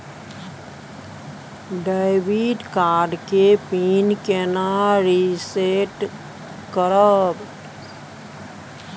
Debit card के PIN केना reset करब?